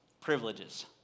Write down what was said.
Privileges